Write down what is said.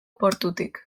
portutik